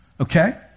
okay